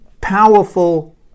powerful